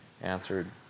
answered